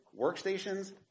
workstations